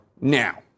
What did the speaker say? now